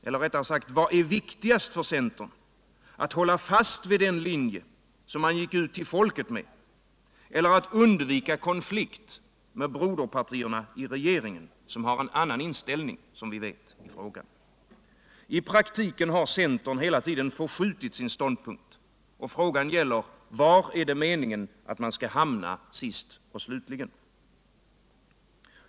Eller rättare sagt: Vad är viktigast för centern — att hålla fast vid den linje man gick ut till folket med, eller att undvika konflikt med broderpartierna i regeringen, vilka som vi vet har en annan inställning i frågan? I praktiken har centern förskjutit sin ståndpunkt. Frågan gäller: Var är det meningen att man skall hamna sist och slutligen?